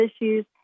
issues